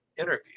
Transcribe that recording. interview